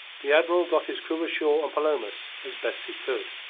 the admiral got his crew ashore on palomas as best he could.